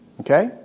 Okay